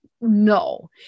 No